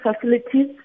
facilities